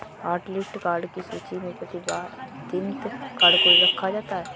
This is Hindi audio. हॉटलिस्ट कार्ड की सूची में प्रतिबंधित कार्ड को रखा जाता है